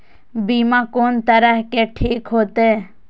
बीमा कोन तरह के ठीक होते?